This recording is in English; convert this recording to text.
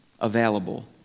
available